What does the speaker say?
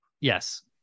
Yes